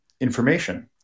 information